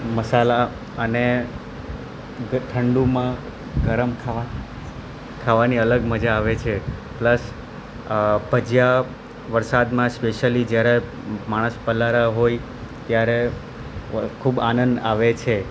મસાલા અને ઠંડુમાં ગરમ ખાવાની અલગ મજા આવે છે પ્લસ ભજીયા વરસાદમાં સ્પેશિયલી જ્યારે માણસ પલળ્યા હોય ત્યારે ખૂબ આનંદ આવે છે